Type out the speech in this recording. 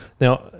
Now